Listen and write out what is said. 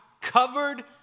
covered